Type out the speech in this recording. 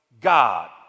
God